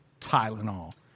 Tylenol